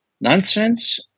nonsense